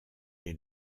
est